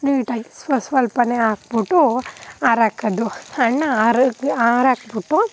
ನೀಟಾಗಿ ಸ್ವ ಸ್ವಲ್ಪನೇ ಹಾಕ್ಬಿಟ್ಟು ಹಾರಾಕೋದು ಹಣ್ಣ ಹಾರಾಗ ಹಾರಾಕ್ಬಿಟ್ಟು